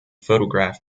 photograph